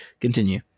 Continue